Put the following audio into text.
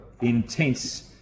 intense